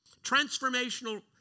transformational